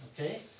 Okay